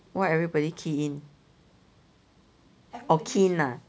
what everybody key in oh keen ah